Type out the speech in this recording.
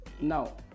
Now